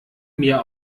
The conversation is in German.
mir